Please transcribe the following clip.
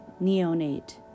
Neonate